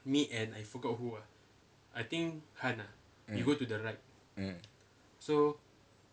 mm mm